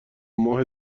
ماه